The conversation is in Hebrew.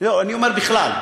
לא, אני אומר בכלל.